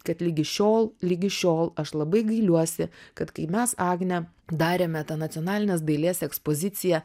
kad ligi šiol ligi šiol aš labai gailiuosi kad kai mes agne darėme tą nacionalinės dailės ekspoziciją